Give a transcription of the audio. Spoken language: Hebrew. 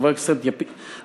חבר הכנסת לפיד,